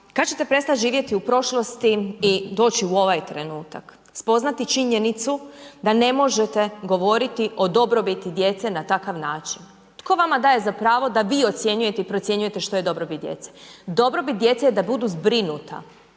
Kad ćete prestati živjeti u prošlosti i doći u ovaj trenutak, spoznati činjenicu da ne možete govoriti o dobrobiti djece na takav način. Tko vama daje za pravo da vi ocjenjujete i procjenjujete što je dobrobit djece? Dobrobit djece je da budu zbrinuta,